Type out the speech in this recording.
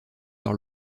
par